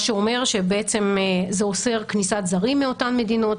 מה שאומר שבעצם זה אוסר כניסת זרים מאותן מדינות